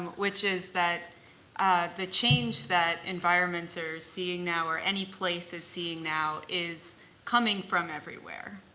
which is that the change that environments are seeing now, or any place is seeing now, is coming from everywhere.